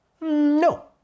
No